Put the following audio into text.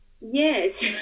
Yes